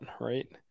right